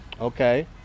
Okay